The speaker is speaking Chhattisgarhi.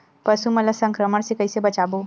पशु मन ला संक्रमण से कइसे बचाबो?